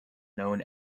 known